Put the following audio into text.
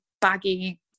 baggy